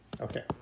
Okay